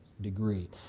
degree